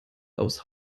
aus